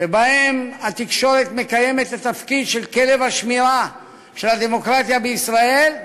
שבהם התקשורת מקיימת את התפקיד של כלב השמירה של הדמוקרטיה בישראל.